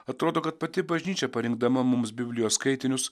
atrodo kad pati bažnyčia parinkdama mums biblijos skaitinius